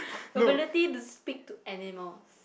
ability to speak to animals